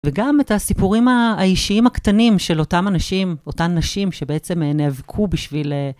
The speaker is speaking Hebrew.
וגם את הסיפורים האישיים הקטנים של אותן נשים שבעצם נאבקו בשביל...